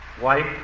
wife